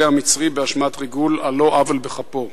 המצרי באשמת ריגול על לא עוול בכפו.